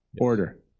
order